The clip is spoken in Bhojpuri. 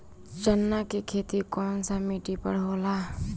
चन्ना के खेती कौन सा मिट्टी पर होला?